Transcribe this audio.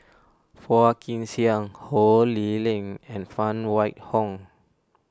Phua Kin Siang Ho Lee Ling and Phan Wait Hong